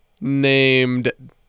named